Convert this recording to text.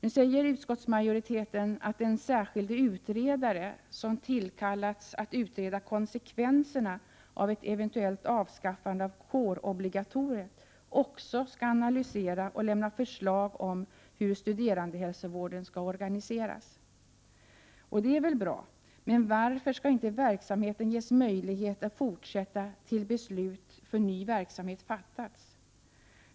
Nu säger utskottsmajoriteten att den särskilda utredare som tillkallats för att utreda konsekvenserna av ett eventuellt avskaffande av kårobligatoriet också skall analysera och lämna förslag om hur studerandehälsovården skall organiseras. Det är väl bra. Men varför skall inte verksamheten ges möjlighet att fortsätta tills beslut om ny verksamhet fattats?